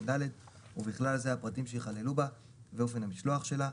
(ד) ובכלל זה הפרטים שיחללו בה ואופן המשלוח שלה,